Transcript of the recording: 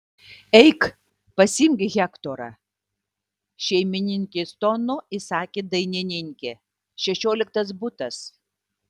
eik pasiimk hektorą šeimininkės tonu įsakė dainininkė šešioliktas butas